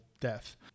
death